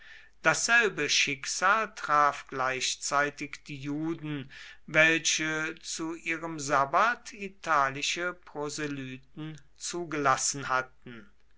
dasselbe schicksal traf gleichzeitig die juden welche zu ihrem sabbat italische proselyten zugelassen hatten